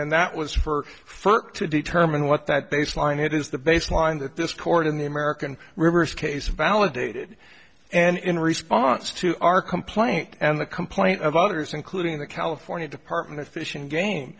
and that was for first to determine what that baseline hit is the baseline that this court in the american reversed case validated and in response to our complaint and the complaint of others including the california department of fish and game